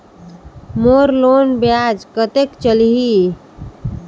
मोर loan ब्याज कतेक चलही?